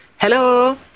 Hello